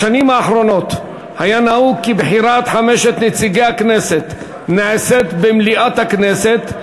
בשנים האחרונות היה נהוג כי בחירת חמשת נציגי הכנסת נעשית במליאת הכנסת,